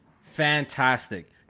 Fantastic